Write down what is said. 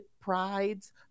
prides